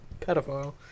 pedophile